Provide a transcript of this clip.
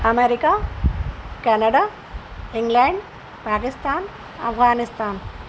America Canada England Pakistan Afghanistan